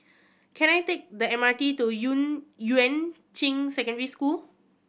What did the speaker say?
can I take the M R T to Yuan Ching Secondary School